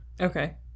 okay